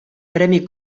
premi